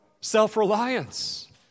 self-reliance